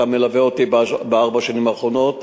ואתה מלווה אותי בארבע השנים האחרונות.